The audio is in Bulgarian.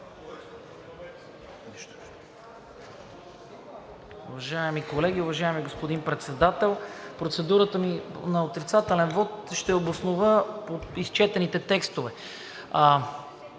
Уважаеми колеги, уважаеми господин Председател! Процедурата ми на отрицателен вот ще обоснова по изчетените текстове.